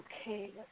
Okay